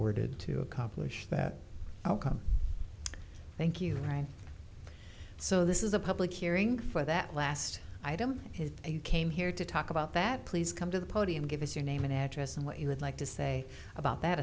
worded to accomplish that outcome thank you ryan so this is a public hearing for that last item if you came here to talk about that please come to the podium give us your name and address and what you would like to say about that